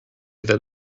that